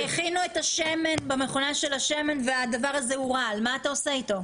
הכינו את השמן והדבר הזה הוא רעל מה אתה עושה איתו?